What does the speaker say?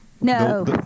No